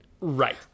Right